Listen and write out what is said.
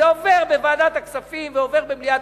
זה עובר בוועדת הכספים ועובר במליאת